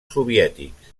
soviètics